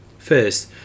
First